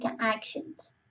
actions